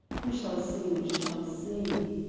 we shall see we shall see!